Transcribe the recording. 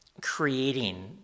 creating